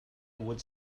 would